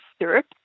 syrup